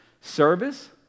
service